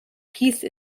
peace